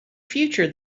future